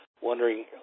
wondering